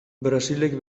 brasilek